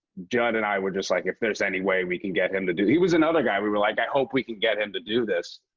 judd and i were just like, if there's any way we can get him to do he was another guy we were like, i hope we can get him to do this,